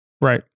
right